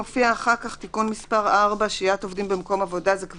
בסעיף 4 יש נקודה שלא